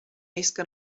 isca